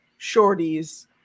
shorties